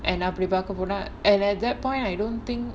and அப்புடி பாக்கபோனா:appudi paakaponaa and at that point I don't think